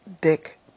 dick